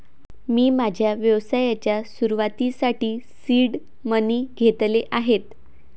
मी माझ्या व्यवसायाच्या सुरुवातीसाठी सीड मनी घेतले आहेत